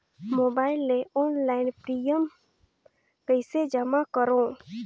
Mobile ले online premium कइसे जमा करों?